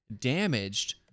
damaged